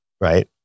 right